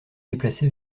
déplacé